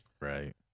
right